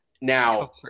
now